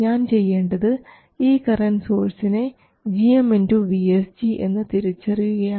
ഞാൻ ചെയ്യേണ്ടത് ഈ കറണ്ട് സോഴ്സിനെ gm vSG എന്ന് തിരിച്ചറിയുകയാണ്